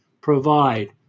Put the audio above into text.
provide